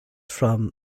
from